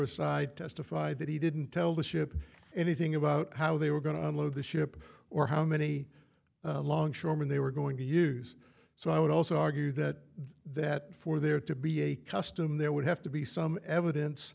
stevedores side testified that he didn't tell the ship anything about how they were going to unload the ship or how many longshoremen they were going to use so i would also argue that that for there to be a custom there would have to be some evidence